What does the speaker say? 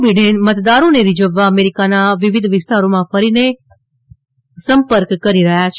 Biden મતદારોને રીઝવવા અમેરીકાના વિવિધ વિસ્તારોમાં ફરીને સંપર્ક કરી રહ્યા છે